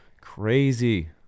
crazy